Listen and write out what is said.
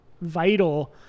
vital